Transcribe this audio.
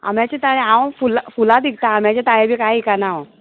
आम्याचे ताळे हांव फुलां फुलां विकतां आम्याचें ताळें बी कांय इकाना हांव